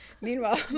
Meanwhile